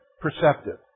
perceptive